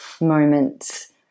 moments